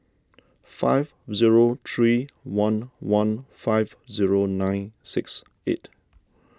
five zero three one one five zero nine six eight